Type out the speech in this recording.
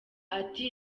ati